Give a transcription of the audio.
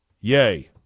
yay